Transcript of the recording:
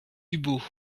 dubos